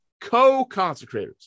co-consecrators